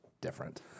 different